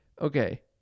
Okay